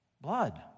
Blood